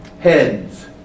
heads